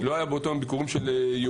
לא היו באותו יום ביקורים של יהודים.